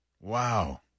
Wow